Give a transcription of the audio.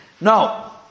No